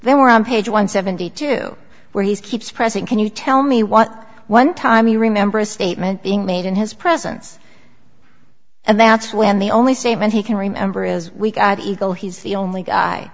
there were on page one seventy two where he's keeps pressing can you tell me what one time you remember a statement being made in his presence and that's when the only saving he can remember is we got ego he's the only guy